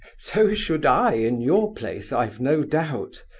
so should i, in your place, i've no doubt!